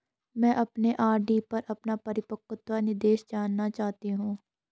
मैं अपने आर.डी पर अपना परिपक्वता निर्देश जानना चाहती हूँ